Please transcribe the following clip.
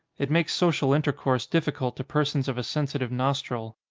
it makes social intercourse difficult to persons of a sensitive nostril.